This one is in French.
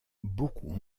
beaucoup